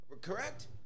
Correct